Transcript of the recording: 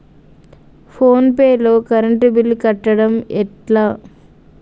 Phone pay లో current bill కట్టడం ఎట్లా?